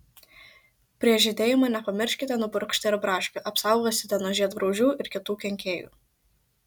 prieš žydėjimą nepamirškite nupurkšti ir braškių apsaugosite nuo žiedgraužių ir kitų kenkėjų